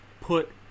put